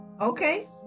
Okay